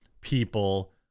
people